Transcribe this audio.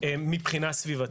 מבחינה סביבתית.